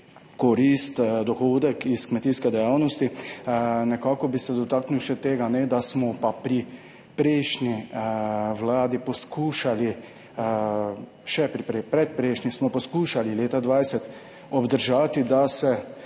korist, dohodek iz kmetijske dejavnosti. Nekako bi se dotaknil še tega, da smo pa pri prejšnji vladi poskušali, še pri predprejšnji smo poskušali leta 2020 obdržati, da se